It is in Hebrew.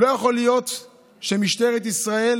לא יכול להיות שמשטרת ישראל